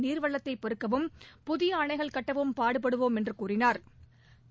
நீர்வளத்தை பெருக்கவும் புதிய அணைகள் கட்டவும் பாடுபடுவோம் என்று தெரிவித்தாா்